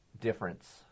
difference